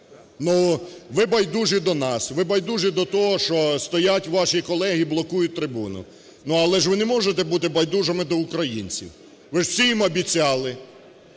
Ви байдужі до нас, ви байдужі до того, що стоять ваші колеги і блокують трибуну, ну але ж ви не можете бути байдужими до українців, ви ж всі їм обіцяли,